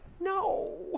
No